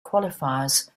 qualifiers